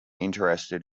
interested